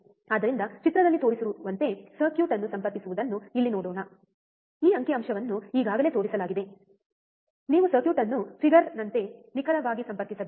ಆದ್ದರಿಂದ ಚಿತ್ರದಲ್ಲಿ ತೋರಿಸಿರುವಂತೆ ಸರ್ಕ್ಯೂಟ್ ಅನ್ನು ಸಂಪರ್ಕಿಸುವುದನ್ನು ಇಲ್ಲಿ ನೋಡೋಣ ಈ ಅಂಕಿಅಂಶವನ್ನು ಈಗಾಗಲೇ ತೋರಿಸಲಾಗಿದೆ ನೀವು ಸರ್ಕ್ಯೂಟ್ ಅನ್ನು ಫಿಗರ್ನಂತೆ ನಿಖರವಾಗಿ ಸಂಪರ್ಕಿಸಬೇಕು